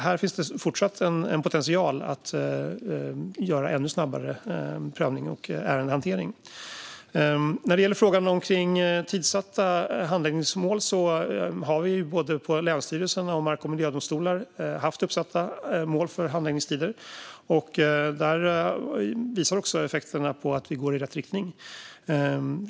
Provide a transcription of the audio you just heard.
Här finns fortsatt en potential att göra ännu snabbare prövning och ärendehantering. När det gäller frågan kring tidssatta handläggningsmål har vi både på länsstyrelserna och mark och miljödomstolar haft uppsatta mål för handläggningstider. Där visar också effekterna på att vi går i rätt riktning.